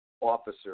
officer